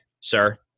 sir